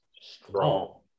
strong